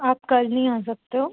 आप कल नहीं आ सकते हो